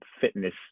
fitness